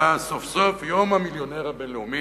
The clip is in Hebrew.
היה סוף-סוף יום המיליונר הבין-לאומי,